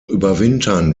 überwintern